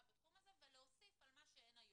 בתחום הזה ולהוסיף על מה שאין היום.